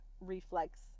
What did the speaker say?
reflex